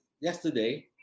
yesterday